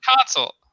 console